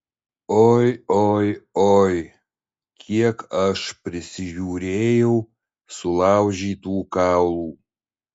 oi oi oi kiek aš prisižiūrėjau sulaužytų kaulų